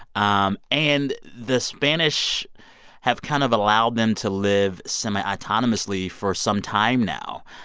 um and the spanish have kind of allowed them to live semi-autonomously for some time now.